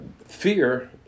Fear